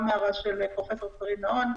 שזו גם הערה של פרופ' קרין נהון,